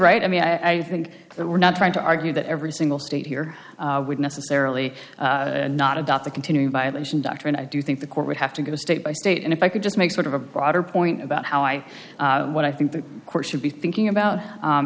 right i mean i think that we're not trying to argue that every single state here would necessarily not adopt the continuing violation doctor and i do think the court would have to go state by state and if i could just make sort of a broader point about how i what i think the court should be thinking about